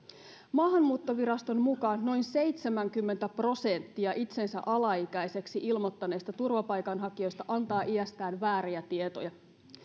maahanmuuttoviraston mukaan noin seitsemänkymmentä prosenttia itsensä alaikäiseksi ilmoittaneista turvapaikanhakijoista antaa iästään vääriä tietoja